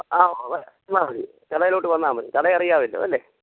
ആ വന്നാൽ മതി കടയിലോട്ട് വന്നാൽ മതി കട അറിയാമല്ലോ അല്ലേ